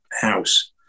house